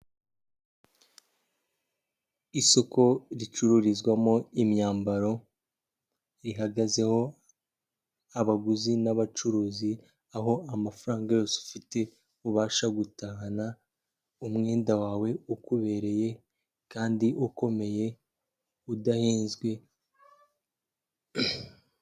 Isoko ricururizwamo imyambaro rihagazeho abaguzi n'abacuruzi aho amafaranga yose ufite ubasha gutahana umwenda wawe ukubereye kandi ukomeye udahenzwe.